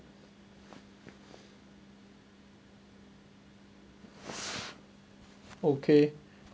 okay